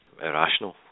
irrational